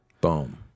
Boom